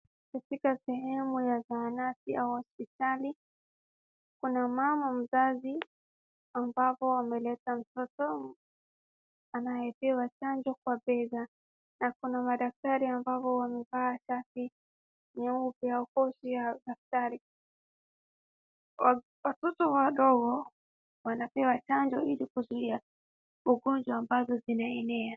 Katika sehemu ya zahanati au hospitali kuna mama mzazi ambapo ameleta mtoto anaekewa chanjo kwa bega na kuna madaktari ambavyo wamevaa shati nyeupe na koti ya daktari. Watoto wadogo wanapewa chanjo ili kuzuia ugonjwa ambazo zinaenea.